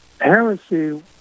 Heresy